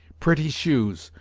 pretty shoes,